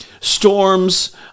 storms